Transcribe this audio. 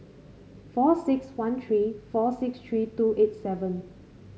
four six one three four six three two eight seven